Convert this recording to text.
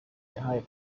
yahaye